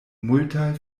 multaj